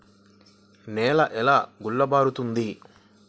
నేల ఎలా గుల్లబారుతుంది?